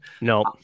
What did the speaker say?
No